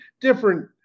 different